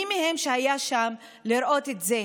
מי מהם שהיה שם לראות את זה,